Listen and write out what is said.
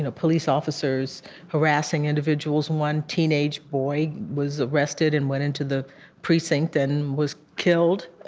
ah police officers harassing individuals. one teenage boy was arrested and went into the precinct and was killed.